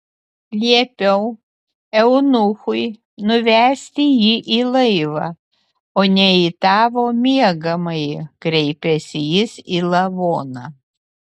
liepiau eunuchui nuvesti jį į laivą o ne į tavo miegamąjį kreipėsi jis į lavoną